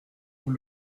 vous